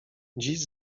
dziś